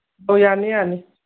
ꯑꯣ ꯌꯥꯅꯤ ꯌꯥꯅꯤ